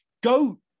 go